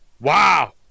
Wow